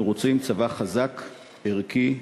אנחנו רוצים צבא חזק, ערכי,